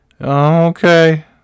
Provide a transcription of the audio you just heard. Okay